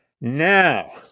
Now